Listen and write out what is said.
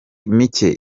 mike